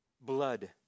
blood